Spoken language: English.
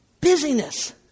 busyness